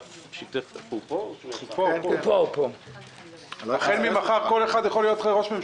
אני חושב שמי שמכיר את התהליך,